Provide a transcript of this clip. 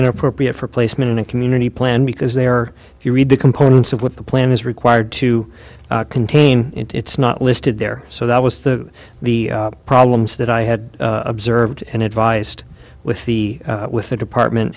inappropriate for placement in a community plan because they're if you read the components of what the plan is required to contain it it's not listed there so that was the the problems that i had observed and advised with the with the department